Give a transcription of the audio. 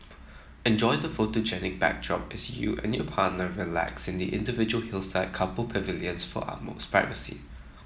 enjoy the photogenic backdrop as you and your partner relax in the individual hillside couple pavilions for utmost privacy